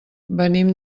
venim